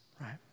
right